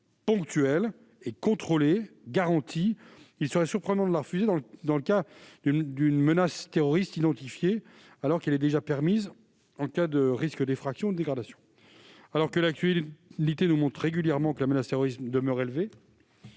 ponctuelle et contrôlée. Il serait surprenant de la refuser dans le cadre d'une menace terroriste identifiée, alors qu'elle est permise en cas de risque d'effraction ou de dégradation. Alors que l'actualité nous montre régulièrement que la menace terroriste demeure élevée,